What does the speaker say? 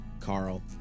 Carl